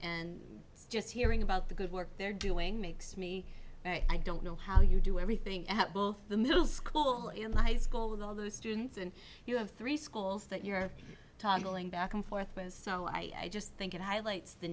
and just hearing about the good work they're doing makes me i don't know how you do everything at both the middle school and my school with all those students and you have three schools that you're tunneling back and forth and so i just think it highlights the